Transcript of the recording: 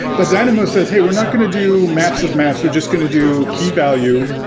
but dynamo says, hey, we're not going to do maps of maps. we're just going to do key value.